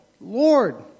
Lord